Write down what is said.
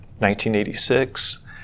1986